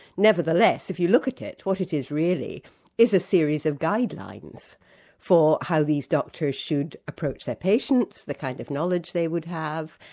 nevertheless, if you look at it, what it is really is a series of guidelines for how these doctors should approach their patients, the kind of knowledge they would have,